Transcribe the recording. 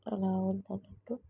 అలా అన్నట్టు